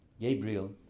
Gabriel